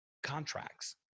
contracts